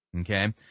Okay